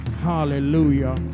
Hallelujah